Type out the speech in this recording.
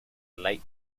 late